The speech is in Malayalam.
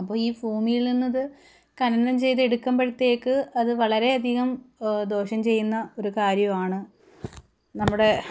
അപ്പം ഈ ഭൂമിയിൽ നിന്ന് അത് ഖനനം ചെയ്ത് എടുക്കുമ്പോഴത്തേക്ക് അത് വളരെയധികം ദോഷം ചെയ്യുന്ന ഒരു കാര്യമാണ് നമ്മുടെ